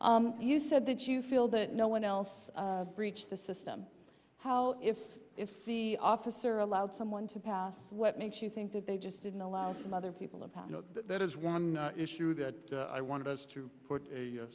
you said that you feel that no one else breached the system how if if officer allowed someone to pass what makes you think that they just didn't allow some other people about that is one issue that i wanted us to put a